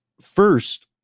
First